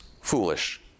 foolish